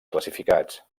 classificats